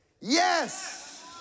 Yes